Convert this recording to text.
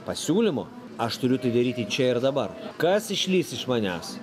pasiūlymo aš turiu tai daryti čia ir dabar kas išlįs iš manęs